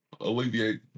alleviate